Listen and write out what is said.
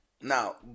now